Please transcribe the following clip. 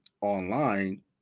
online